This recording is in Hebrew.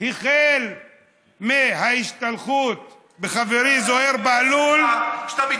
החל בהשתלחות בחברי זוהיר בהלול, אתה צריך